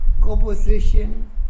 composition